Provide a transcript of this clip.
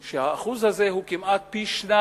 כשהאחוז הזה הוא כמעט פי-שניים